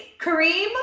kareem